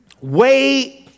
wait